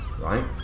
right